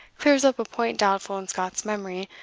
clears up a point doubtful in scott's memory,